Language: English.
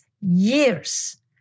years